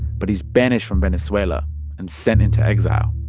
but he's banished from venezuela and sent into exile.